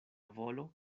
volo